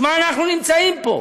בשביל מה אנחנו נמצאים פה?